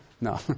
No